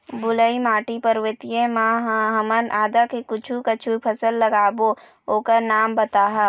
बलुई माटी पर्वतीय म ह हमन आदा के कुछू कछु फसल लगाबो ओकर नाम बताहा?